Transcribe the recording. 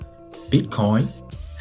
Bitcoin